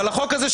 אבל החוק הזה,